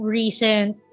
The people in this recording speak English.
recent